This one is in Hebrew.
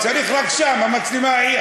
צריך רק שם את המצלמה ההיא,